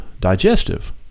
Digestive